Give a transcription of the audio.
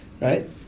Right